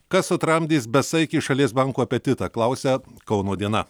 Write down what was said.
kas sutramdys besaikį šalies bankų apetitą klausia kauno diena